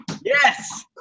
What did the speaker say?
Yes